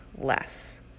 less